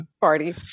party